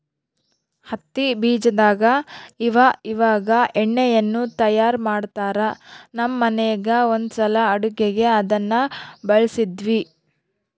ಹತ್ತಿ ಬೀಜದಾಗ ಇವಇವಾಗ ಎಣ್ಣೆಯನ್ನು ತಯಾರ ಮಾಡ್ತರಾ, ನಮ್ಮ ಮನೆಗ ಒಂದ್ಸಲ ಅಡುಗೆಗೆ ಅದನ್ನ ಬಳಸಿದ್ವಿ